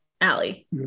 Allie